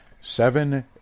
Seven